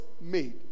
made